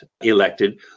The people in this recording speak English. elected